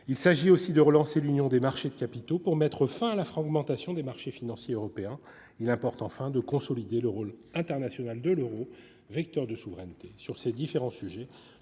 il s'agit aussi de relancer l'Union des marchés de capitaux pour mettre fin à la fragmentation des marchés financiers européens, il importe enfin de consolider le rôle international de l'Euro, vecteur de souveraineté sur ces différents sujets,